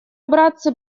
братцы